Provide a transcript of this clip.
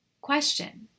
Question